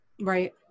right